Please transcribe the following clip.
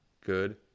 good